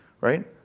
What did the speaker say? right